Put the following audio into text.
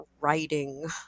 writing